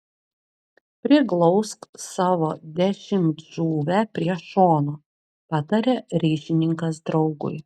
priglausk savo dešimtšūvę prie šono pataria ryšininkas draugui